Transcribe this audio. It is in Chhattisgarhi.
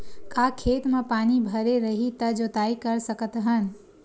का खेत म पानी भरे रही त जोताई कर सकत हन?